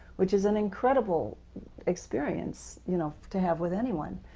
which is an incredible experience you know to have with anyone.